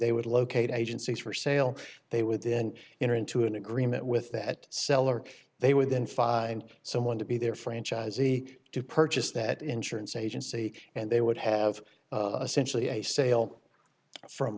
they would locate agencies for sale they would then enter into an agreement with that seller they would then five and someone to be their franchisee to purchase that insurance agency and they would have a centrally a sale from